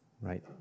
right